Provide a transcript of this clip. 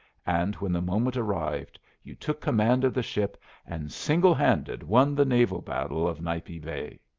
and when the moment arrived you took command of the ship and single-handed won the naval battle of nipe bay.